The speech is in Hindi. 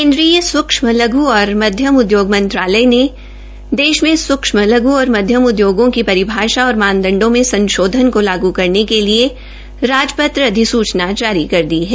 केन्द्रीय सूक्ष्म लघ् और मध्यम उद्योग मंत्रालय ने देश मे सूक्षम लघ् और मध्यम इन उद्योगों की परिभाषा और मानदंडो मे संशोधन को लागू करने के लिए राजपत्र अधिसूचना जारी कर दी है